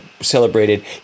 celebrated